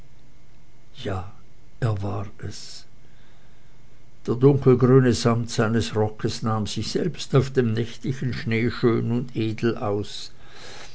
ja er war es der dunkelgrüne samt seines rockes nahm sich selbst auf dem nächtlichen schnee schön und edel aus